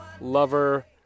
lover